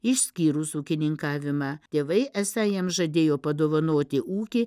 išskyrus ūkininkavimą tėvai esą jam žadėjo padovanoti ūkį